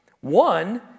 One